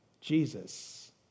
Jesus